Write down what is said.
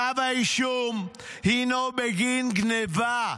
אדוני, כתב האישום הינו בגין גנבה.